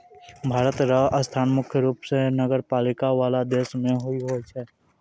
भारत र स्थान मुख्य रूप स नगरपालिका वाला देश मे ही होय छै